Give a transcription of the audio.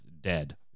dead